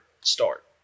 start